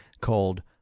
called